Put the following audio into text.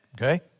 Okay